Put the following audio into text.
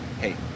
Hey